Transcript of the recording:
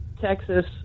Texas